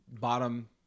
bottom